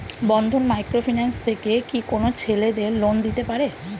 বন্ধন micro finance থেকে কি কোন ছেলেদের লোন দিতে পারে?